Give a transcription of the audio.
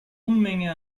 unmenge